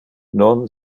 non